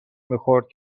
میخورد